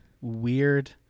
weird